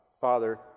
Father